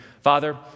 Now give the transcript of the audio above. Father